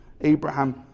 Abraham